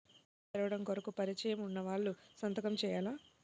ఖాతా తెరవడం కొరకు పరిచయము వున్నవాళ్లు సంతకము చేయాలా?